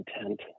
intent